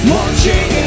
Launching